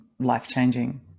life-changing